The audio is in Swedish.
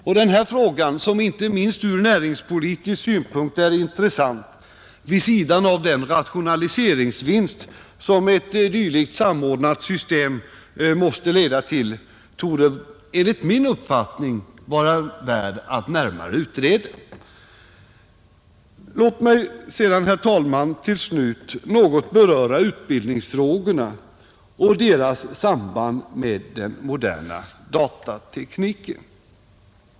Och denna fråga, som inte minst ur näringspolitisk synpunkt är intressant vid sidan av den rationaliseringsvinst som ett dylikt samordnat system måste leda till, torde enligt min uppfattning vara värd att närmare utreda, Låt mig sedan, herr talman, något beröra utbildningsfrågorna och deras samband med den moderna datatekniken.